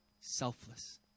selfless